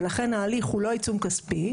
ולכן ההליך הוא לא עיצום כספי,